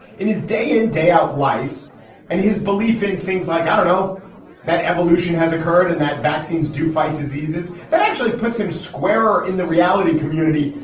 in his day in, day out life and his belief in things like, i don't know that evolution has occurred and that vaccines do fight diseases that actually puts him squarer in the reality community,